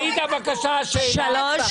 עאידה, בבקשה, שאלה.